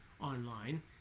online